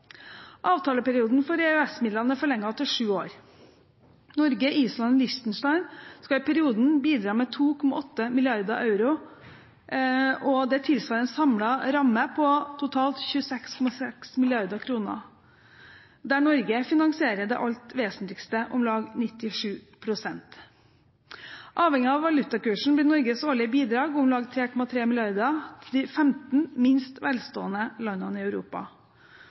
Avtaleperioden for EØS-midlene er forlenget til sju år. Norge, Island og Liechtenstein skal i perioden bidra med 2,8 mrd. euro, og det tilsvarer en samlet ramme på totalt 26,6 mrd. kr, der Norge finansierer det alt vesentligste, om lag 97 pst. Avhengig av valutakursen blir Norges årlige bidrag på om lag 3,3 mrd. kr til de 15 minst velstående landene i Europa.